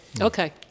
Okay